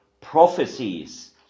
prophecies